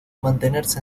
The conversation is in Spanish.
mantenerse